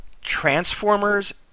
Transformers